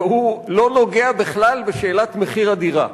שלא נוגע בכלל בשאלת מחיר הדירה.